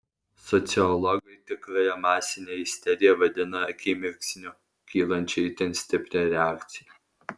sociologai tikrąja masine isterija vadina akimirksniu kylančią itin stiprią reakciją